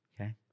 okay